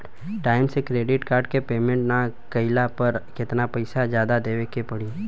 Time से credit card के payment ना कैला पर केतना पईसा जादे देवे के पड़ी?